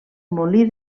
molí